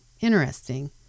Interesting